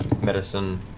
medicine